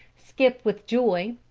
skip with joy,